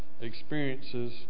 experiences